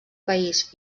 país